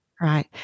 Right